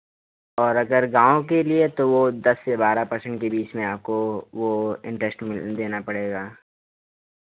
और अगर गाँव के लिए तो वो दस से बारह पर्सेंट के बीच में आपको वो इन्टरेस्ट मिल देना पड़ेगा